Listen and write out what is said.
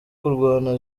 kurwana